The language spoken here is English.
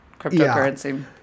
cryptocurrency